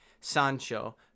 sancho